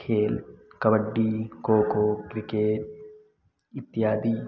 खेल कबड्डी को को क्रिकेट इत्यादि